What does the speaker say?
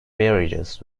marriages